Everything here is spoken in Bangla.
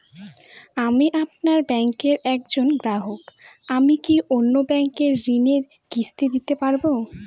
আমি আপনার ব্যাঙ্কের একজন গ্রাহক আমি কি অন্য ব্যাঙ্কে ঋণের কিস্তি দিতে পারবো?